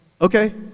okay